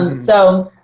um so,